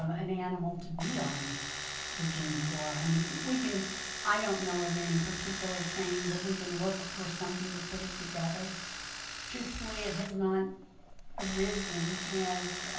um an animal to be on the gym floor i mean we can i don't know of any particular training, but we can look for something to put it together truthfully it has not arisen is